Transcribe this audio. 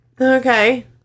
okay